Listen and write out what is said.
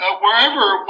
wherever